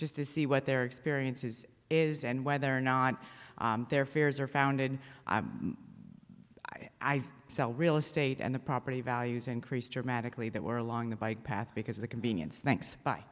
just to see what their experiences is and whether or not their fears are founded i sell real estate and the property values increased dramatically there were along the bike path because of the convenience thanks by